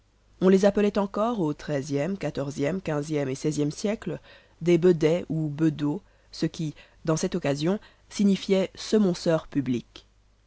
on les appelait encore aux xiiie xive xve et xvie siècles des bedels ou bedeaux ce qui dans cette occasion signifiait semonceurs publics